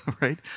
Right